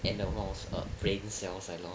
and the amount of brain cells that I lost